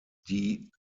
die